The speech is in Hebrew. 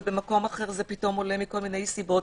ובמקום אחר זה עולה מכל מיני סיבות.